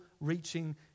reaching